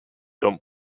don’t